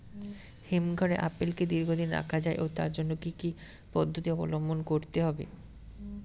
হিমঘরে আপেল কি দীর্ঘদিন রাখা যায় ও তার জন্য কি কি পদ্ধতি অবলম্বন করতে হবে?